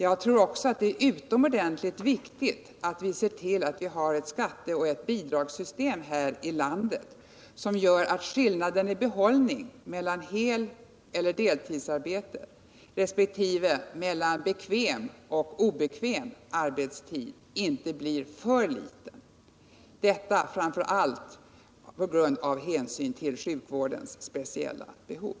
Jag menar att det är utomordentligt viktigt att vi ser till att vi har ett skatteoch bidragssystem här i landet som gör att skillnaden i behållning mellan heloch deltidsarbete resp. mellan bekväm och obekväm arbetstid inte blir för liten — detta inte minst av hänsyn till sjukvårdens personalbehov.